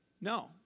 No